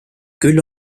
küll